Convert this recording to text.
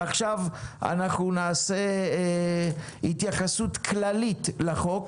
ועכשיו אנחנו נעשה התייחסות כללית לחוק,